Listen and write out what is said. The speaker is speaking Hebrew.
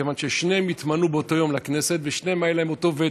כיוון ששניהם התמנו באותו יום לכנסת ולשניהם היה אותו ותק.